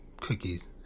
cookies